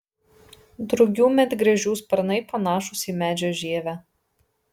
drugių medgręžių sparnai panašūs į medžio žievę